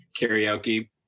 karaoke